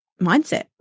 mindset